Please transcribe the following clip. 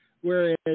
whereas